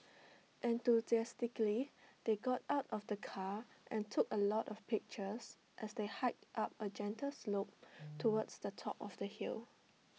enthusiastically they got out of the car and took A lot of pictures as they hiked up A gentle slope towards the top of the hill